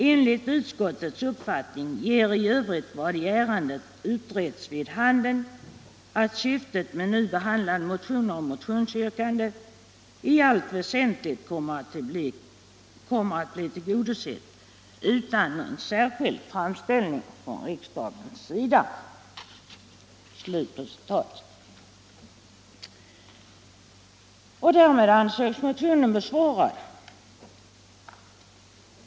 Enligt utskottets uppfattning ger i övrigt vad i ärendet utretts vid handen att syftet med nu behandlade motioner och motionsyrkanden i allt väsentligt kommer att bli tillgodosett utan någon särskild framställning från riksdagens sida.” Därmed ansågs motionerna besvarade.